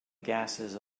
gases